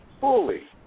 fully